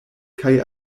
kaj